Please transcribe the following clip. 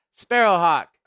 Sparrowhawk